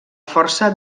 força